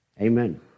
Amen